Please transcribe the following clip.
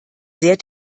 sehr